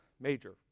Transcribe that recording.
Major